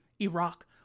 Iraq